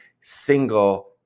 single